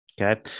Okay